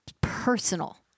personal